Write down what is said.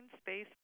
space